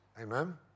Amen